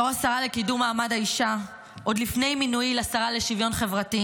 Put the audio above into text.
בתור השרה לקידום מעמד האישה עוד לפני מינויי לשרה לשוויון חברתי,